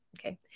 Okay